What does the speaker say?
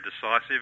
decisive